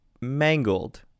mangled